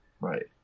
Right